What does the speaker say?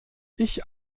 ich